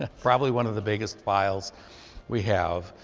ah probably one of the biggest files we have.